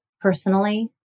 personally